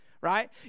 right